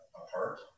apart